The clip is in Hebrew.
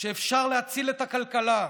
שאפשר להציל את הכלכלה,